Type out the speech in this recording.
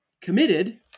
committed